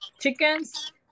chickens